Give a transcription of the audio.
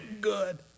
good